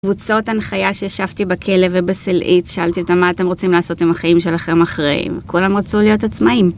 קבוצות הנחיה שישבתי בכלא ובסלעית, שאלתי אותם מה אתם רוצים לעשות עם החיים שלכם אחריהם? כולם רצו להיות עצמאים.